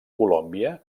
colòmbia